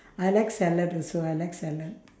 I like salad also I like salad